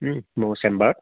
মোৰ চেম্বাৰত